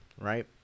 right